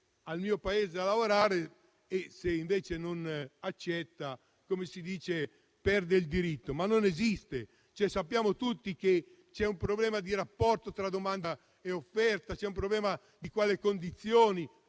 di venire a lavorare nel mio Paese non accetta la proposta, perde il diritto. Questo non esiste. Sappiamo tutti che c'è un problema di rapporto tra domanda e offerta, c'è un problema di quali condizioni